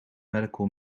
medical